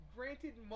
Granted